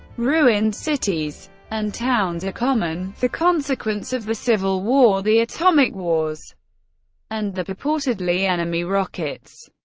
ruined cities and towns are common the consequence of the civil war, the atomic wars and the purportedly enemy rockets.